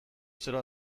zero